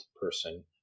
person